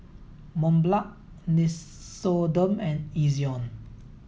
Mont Blanc Nixoderm and Ezion